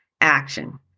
action